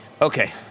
Okay